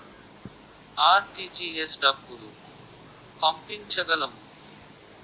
RTGS డబ్బులు పంపించగలము?